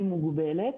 היא מוגבלת.